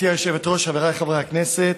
גברתי היושבת-ראש, חבריי חברי הכנסת,